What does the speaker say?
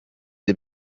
der